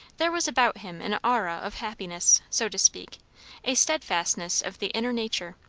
there was about him an aura of happiness, so to speak a steadfastness of the inner nature,